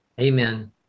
Amen